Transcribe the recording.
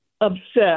Obsessed